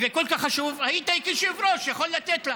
כל כך חשוב, היית כיושב-ראש יכול לתת לה.